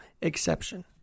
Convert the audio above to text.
exception